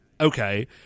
Okay